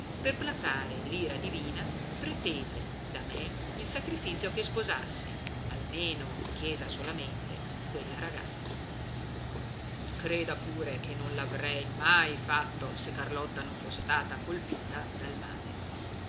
per placare l'ira divina pretese da me il sacrifizio che sposassi almeno in chiesa solamente quella ragazza creda pure che non l'avrei mai fatto se carlotta non fosse stata colpita dal male